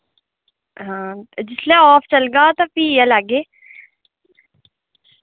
हां जिसलै आफ चलगा ते फ्ही गै लैगे